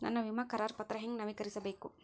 ನನ್ನ ವಿಮಾ ಕರಾರ ಪತ್ರಾ ಹೆಂಗ್ ನವೇಕರಿಸಬೇಕು?